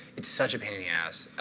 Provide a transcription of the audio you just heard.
it's such a pain in the ass.